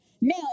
Now